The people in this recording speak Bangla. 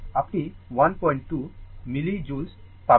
আপনি 12 মিল জুল পাবেন